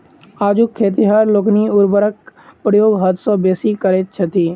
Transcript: आजुक खेतिहर लोकनि उर्वरकक प्रयोग हद सॅ बेसी करैत छथि